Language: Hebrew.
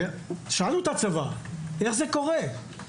שאלנו את הצבא: איך זה קורה?